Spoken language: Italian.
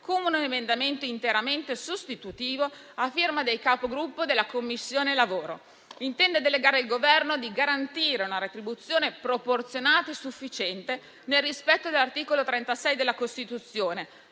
con un emendamento interamente sostitutivo a firma del Capogruppo della Commissione lavoro; si intende delegare il Governo a garantire una retribuzione proporzionata e sufficiente nel rispetto dell'articolo 36 della Costituzione,